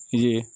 جی